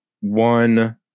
one